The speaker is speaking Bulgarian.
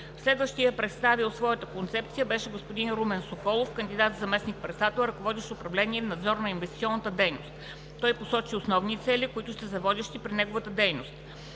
Следващият, представил своята концепция, беше господин Румен Соколов – кандидат за заместник-председател, ръководещ управление „Надзор на инвестиционната дейност“. Той посочи основните цели, които ще са водещи при неговата дейност: